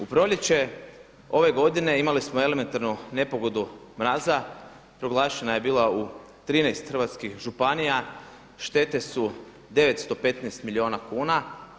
U proljeće ove godine imali smo elementarnu nepogodu mraza, proglašena je bila u 13 hrvatskih županija, štete su 915 milijuna kuna.